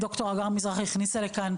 הרב אייכלר אמר בפתיח היום שזיקנה זאת לא מחלה.